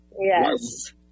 Yes